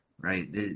right